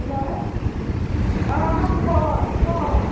hello औ मा खबर आब'